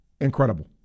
incredible